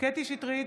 קטי קטרין שטרית,